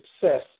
success